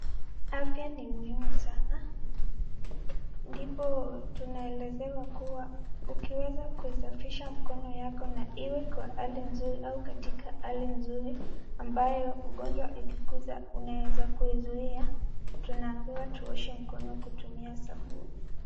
Afya ni muhimu sana, ndipo tunaelezewa kua ukiweza kuisafisha mikono yako na iwe kwa hali nzuri au katika hali nzuri ,ambayo ugonjwa ikikuja unaweza kuizuia tunaambiwa tuoshe mikono kutumia sabuni.